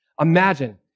Imagine